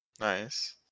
Nice